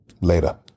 Later